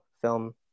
film